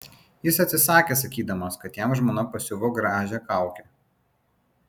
jis atsisakė sakydamas kad jam žmona pasiuvo gražią kaukę